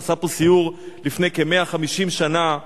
שעשה פה סיור לפני כ-150 שנה,